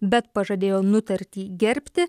bet pažadėjo nutartį gerbti